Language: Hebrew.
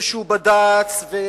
בד"ץ כלשהו,